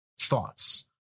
thoughts